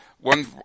One